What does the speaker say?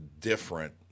different